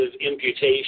imputation